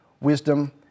wisdom